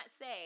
say